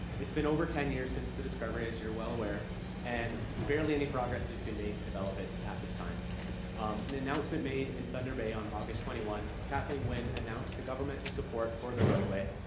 it's been over ten years since the discovery as you're well aware and barely any progress has been made to develop it at this time. in um an announcement made in thunder bay on august twenty one, kathleen wynne announced the governmental support for the roadway